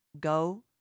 go